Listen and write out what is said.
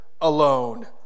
alone